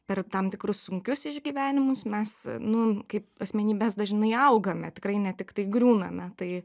per tam tikrus sunkius išgyvenimus mes nu kaip asmenybės dažnai augame tikrai ne tiktai griūname tai